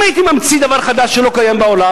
אם הייתי ממציא דבר חדש שלא קיים בעולם,